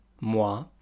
moi